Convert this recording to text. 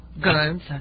guns